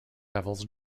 levels